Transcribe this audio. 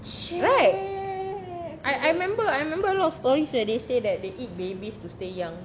right I I remember I remember a lot of stories where they say that they eat babies to stay young